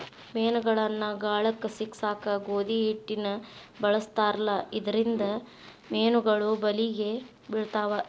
ಮೇನಗಳನ್ನ ಗಾಳಕ್ಕ ಸಿಕ್ಕಸಾಕ ಗೋಧಿ ಹಿಟ್ಟನ ಬಳಸ್ತಾರ ಇದರಿಂದ ಮೇನುಗಳು ಬಲಿಗೆ ಬಿಳ್ತಾವ